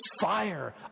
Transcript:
fire